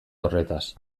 horretaz